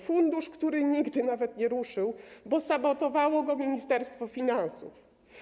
Fundusz, który nigdy nawet nie ruszył, bo sabotowało go Ministerstwo Finansów.